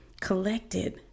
collected